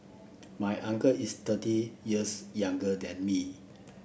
my uncle is thirty years younger than me